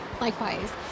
Likewise